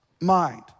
mind